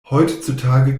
heutzutage